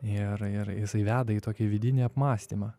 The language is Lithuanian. ir ir jisai veda į tokį vidinį apmąstymą